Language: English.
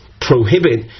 prohibit